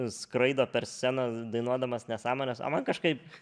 skraido per sceną dainuodamas nesąmones o man kažkaip